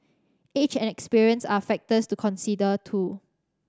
age and experience are factors to consider too